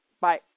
Bye